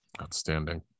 Outstanding